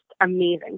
amazing